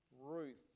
Ruth